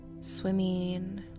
swimming